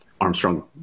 Armstrong